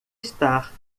estar